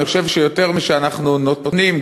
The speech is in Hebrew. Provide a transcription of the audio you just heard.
אני חושב שיותר משאנחנו נותנים,